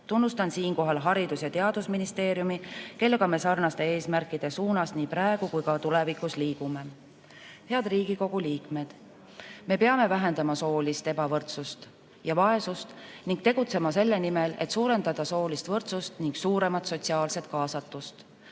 Tunnustan siinkohal Haridus- ja Teadusministeeriumi, kellega me sarnaste eesmärkide suunas nii praegu kui ka tulevikus liigume. Head Riigikogu liikmed! Me peame vähendama soolist ebavõrdsust ja vaesust ning tegutsema selle nimel, et suurendada soolist võrdsust ning suuremat sotsiaalset kaasatust.